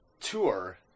tour